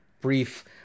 brief